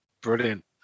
Brilliant